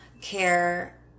care